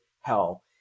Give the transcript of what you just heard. hell